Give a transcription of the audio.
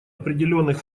определенных